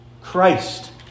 Christ